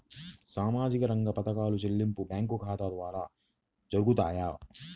సామాజిక రంగ పథకాల చెల్లింపులు బ్యాంకు ఖాతా ద్వార జరుగుతాయా?